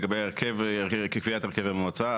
לגבי הרכבי תפקידי המועצה,